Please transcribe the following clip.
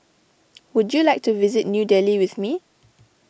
would you like to visit New Delhi with me